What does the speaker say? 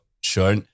sure